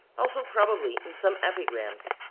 also probably in some epigrams,